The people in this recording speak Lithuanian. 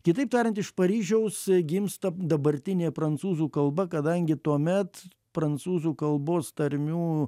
kitaip tariant iš paryžiaus gimsta dabartinė prancūzų kalba kadangi tuomet prancūzų kalbos tarmių